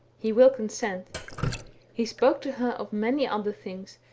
he will consent he spoke to her of many other things,